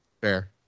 Fair